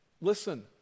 Listen